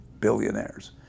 billionaires